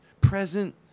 present